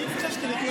אני ביקשתי לפני